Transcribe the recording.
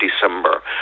december